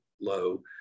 low